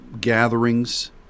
gatherings